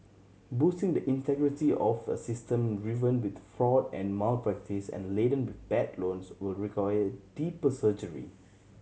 boosting the integrity of a system riven with fraud and malpractice and laden bad loans will require deeper surgery